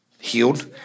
healed